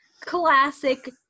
classic